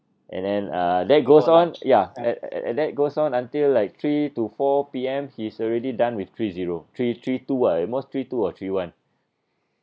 and then uh that goes on ya and and that goes on until like three to four P_M he's already done with three zero three three two ah at most three two or three one